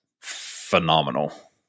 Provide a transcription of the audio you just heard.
phenomenal